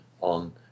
on